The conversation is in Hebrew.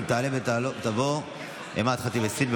תעלה ותבוא אימאן ח'טיב יאסין.